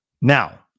Now